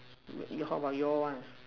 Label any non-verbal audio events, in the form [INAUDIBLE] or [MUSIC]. [NOISE] how about your [one]